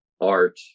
art